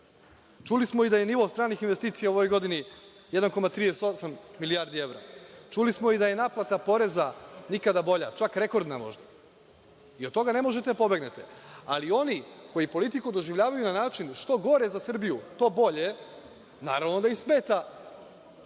smo i da je nivo stranih investicija u ovoj godini 1,38 milijardi evra. Čuli smo i da je naplata poreza nikada bolja, čak rekordna, možda. I, od toga ne možete da pobegnete. Oni koji politiku doživljavaju na način što gore za Srbiju, to bolje, naravno da im smeta